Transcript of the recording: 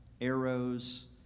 arrows